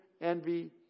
envy